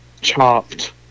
Chopped